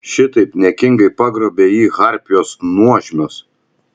šitaip niekingai pagrobė jį harpijos nuožmios